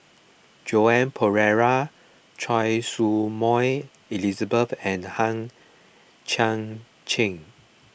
Joan Pereira Choy Su Moi Elizabeth and Hang Chang Chieh